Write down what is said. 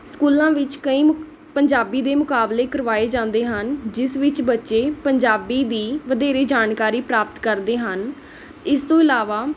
ਸਕੂਲਾਂ ਵਿੱਚ ਕਈ ਮੁਕਾ ਪੰਜਾਬੀ ਦੇ ਮੁਕਾਬਲੇ ਕਰਵਾਏ ਜਾਂਦੇ ਹਨ ਜਿਸ ਵਿੱਚ ਬੱਚੇ ਪੰਜਾਬੀ ਦੀ ਵਧੇਰੇ ਜਾਣਕਾਰੀ ਪ੍ਰਾਪਤ ਕਰਦੇ ਹਨ ਇਸ ਤੋਂ ਇਲਾਵਾ